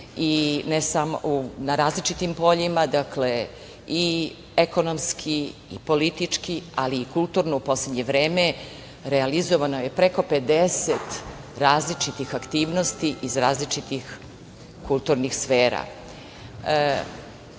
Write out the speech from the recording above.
saradnje na različitim poljima, dakle i ekonomski i politički, ali i kulturno u poslednje vreme realizovano je preko 50 različitih aktivnosti iz različitih kulturnih sfera. Prvi